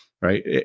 right